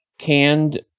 canned